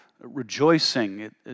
rejoicing